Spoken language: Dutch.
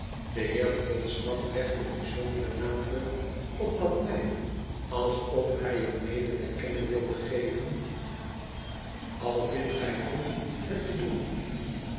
de heer podsnap legde bijzonderen nadruk op dat ndj alsof hij er mede te kennen wilde geven al vindt gij goed het te doen